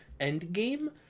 Endgame